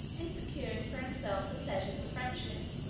in securing for himself the pleasures of friendship,